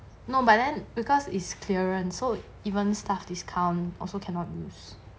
no but then because is clearance or even staff discount also cannot use